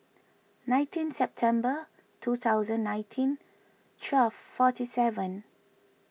nineteen September two thousand nineteen twelve forty seven